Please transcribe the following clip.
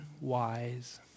wise